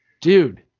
dude